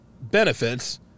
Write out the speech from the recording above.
benefits